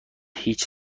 هیچ